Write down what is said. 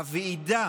הוועידה